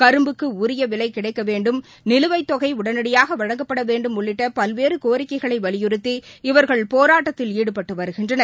கரும்புக்குஉரியவிலைகிடைக்கவேண்டும் நிலுவைத்தொகைஉடனடியாகவழங்கப்படவேண்டும் உள்ளிட்டபல்வேறகோரிக்கைகளைவலியுறுத்தி இவர்கள் போராட்டத்தில் ஈடுபட்டுவருகின்றனர்